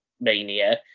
Mania